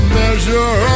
measure